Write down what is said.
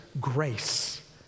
grace